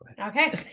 Okay